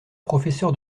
professeurs